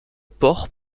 port